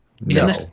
No